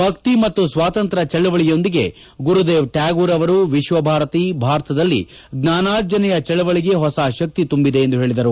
ಭಕ್ತಿ ಮತ್ತು ಸ್ವಾತಂತ್ರ್ಯ ಚಳವಳಿಯೊಂದಿಗೆ ಗುರುದೇವ್ ಟ್ಯಾಗೋರ್ ಅವರ ವಿಶ್ವಭಾರತಿ ಭಾರತದಲ್ಲಿ ಜ್ಞಾನಾರ್ಜನೆಯ ಚಳವಳಿಗೆ ಹೊಸ ಶಕ್ತಿ ತುಂಬಿದೆ ಎಂದು ಹೇಳಿದರು